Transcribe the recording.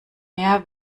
mehr